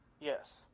Yes